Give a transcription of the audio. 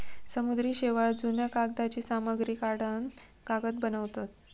समुद्री शेवाळ, जुन्या कागदांची सामग्री काढान कागद बनवतत